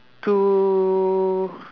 to